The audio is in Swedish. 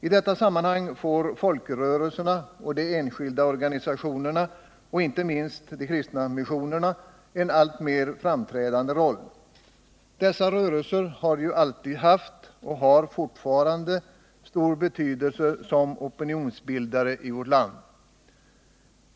I detta sammanhang får folkrörelserna och de enskilda organisationerna, inte minst de kristna missionerna, en alltmer framträdande roll. Dessa rörelser har ju alltid haft, och har fortfarande, stor betydelse som opinionsbildare i vårt land.